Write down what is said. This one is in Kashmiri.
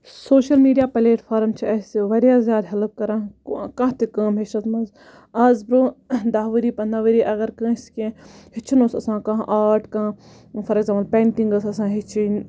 سوشَل میٖڈیا پَلیٹ فارم چھِ اَسہِ واریاہ زیادٕ ہیٚلپ کَران کانٛہہ تہِ کٲم ہیٚچھنَس مَنٛز آز برونٛہہ داہہ ؤری پَنداہہ ؤری کٲنٛسہِ کینٛہہ ہیٚچھُن اوس آسان آٹ کانٛہہ فار ایٚگزامپل پینٹِنٛگ ٲس آسان ہیٚچھٕنۍ